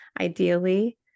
ideally